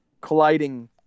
colliding